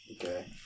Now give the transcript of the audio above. Okay